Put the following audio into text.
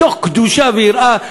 זה מתוך קדושה ויראה,